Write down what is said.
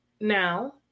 Now